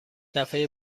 دفعه